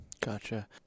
Gotcha